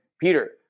Peter